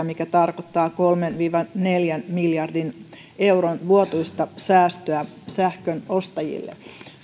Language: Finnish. mikä tarkoittaa kolmen viiva neljän miljardin euron vuotuista säästöä sähkön ostajille